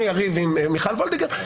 אני אריב עם מיכל וולדיגר.